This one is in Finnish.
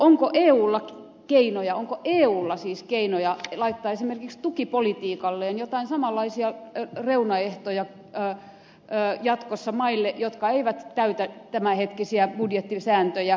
onko eulla keinoja laittaa esimerkiksi tukipolitiikalleen joitakin samanlaisia reunaehtoja jatkossa maille jotka eivät täytä tämänhetkisiä budjettisääntöjä